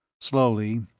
Slowly